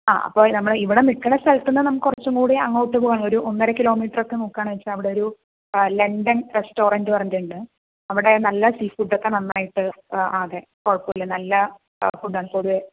ആ അപ്പോൾ നമ്മൾ ഇവിടെ നിൽക്കുന്ന സ്ഥലതെന്ന് നമുക്ക് കുറച്ചുംകൂടി അങ്ങോട്ട് പോകാൻ ഒരു ഒന്നര കിലോമീറ്റർ ഒക്കെ നോക്കാന്നുവെച്ച അവിടെ ഒരു ലണ്ടൻ റെസ്റ്റ്വാറന്റ് പറഞ്ഞട്ടിണ്ട് അവിടെ നല്ല സീഫുഡ് ഒക്കെ നന്നായിട്ട് ആകെ കുഴപ്പമില്ല നല്ല ഫുഡ് കുറേ